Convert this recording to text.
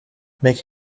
make